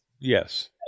yes